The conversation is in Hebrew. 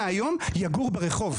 וגם אותך